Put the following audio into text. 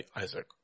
Isaac